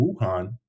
wuhan